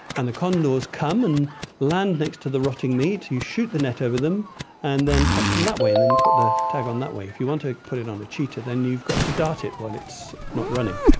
and the condors come and land next to the rotting meat, you shoot the net over them and then catch them that way, and then you put the tag on that way. if you want to put it on a cheetah then you've got to dart it while it's not running.